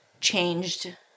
changed